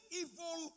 evil